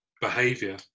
behavior